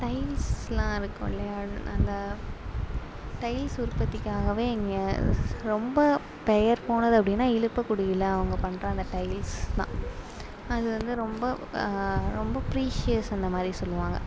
tiles எல்லாம் இருக்கும் இல்லையா அந்த டைல்ஸ் உற்பத்திக்காகவே இங்கே ரொம்ப பெயர் போனது அப்படின்னா இழுப்புகுடியில் அவங்க பண்ணுற அந்த டைல்ஸ் தான் அது வந்து ரொம்ப ரொம்ப பிரீஷியஸ் அந்த மாதிரி சொல்லுவாங்க